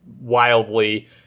wildly